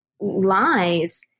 lies